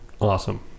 awesome